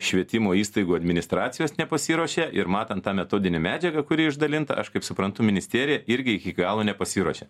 švietimo įstaigų administracijos nepasiruošė ir matant tą metodinę medžiagą kuri išdalinta aš kaip suprantu ministerija irgi iki galo nepasiruošė